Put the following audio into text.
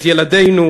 את ילדינו,